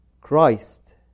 Christ